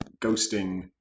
ghosting